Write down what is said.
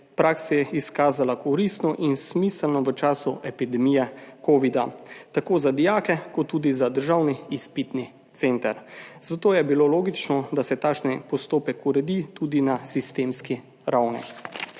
praksi izkazala za koristno in smiselno v času epidemije covida, tako za dijake kot tudi za državni izpitni center, zato je bilo logično, da se takšen postopek uredi tudi na sistemski ravni.